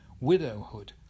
widowhood